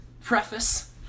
preface